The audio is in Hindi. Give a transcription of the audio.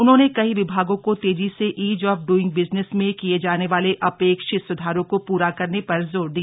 उन्होंने कई विभागों को तेजी से ईज ऑफ डुईग बिजनेस में किये जाने वाले अपेक्षित सुधारों को पूरा करने पर जोर दिया